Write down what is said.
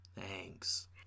Thanks